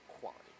quality